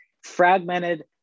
fragmented